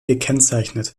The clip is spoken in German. gekennzeichnet